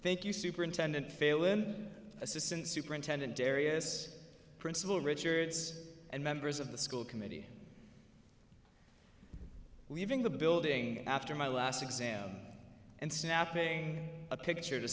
thank you superintendent fail him assistant superintendent areas principal richards and members of the school committee weaving the building after my last exam and snapping a picture to